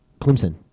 Clemson